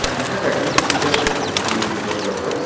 ਭਾਅ ਜੀ ਮੈਂ ਨਾ ਰਾਜੀਵ ਸੁਖੀਜਾ ਬੋਲ ਰਿਹਾ ਯੂਟਿਊਬਰ ਬਲੋਗਰ